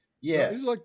Yes